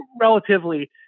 relatively